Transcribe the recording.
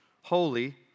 Holy